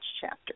chapter